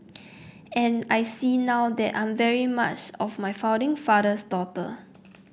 and I see now that I'm very much of my founding father's daughter